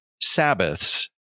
Sabbaths